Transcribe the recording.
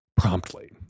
Promptly